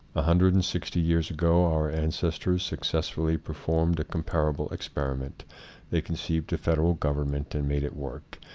a hundred and sixty years ago our ancestors successfully performed a comparable experiment they con ceived a federal government and made it work,